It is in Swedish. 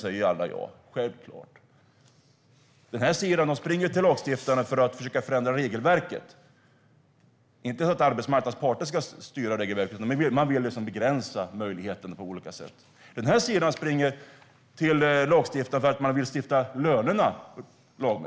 säger alla ja. Det är självklart. Den ena sidan springer till lagstiftaren för att försöka ändra regelverket. Det är inte så att arbetsmarknadens parter ska styra regelverket, utan de vill begränsa möjligheterna på olika sätt. Den andra siden springer till lagstiftaren för att de vill stifta lagar om lönerna. Jag